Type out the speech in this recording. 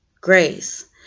grace